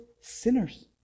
sinners